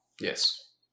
Yes